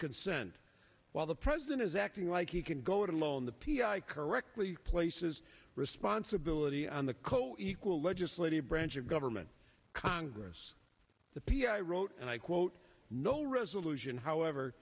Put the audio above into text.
consent while the president is acting like he can go it alone the p r i correctly places responsibility on the co equal legislative branch of government congress the p r i wrote and i quote no resolution however